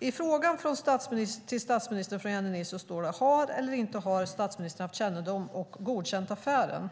I frågan till statsministern från Jennie Nilsson står det: "Har eller har inte statsministern haft kännedom om och godkänt affären?"